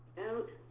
out.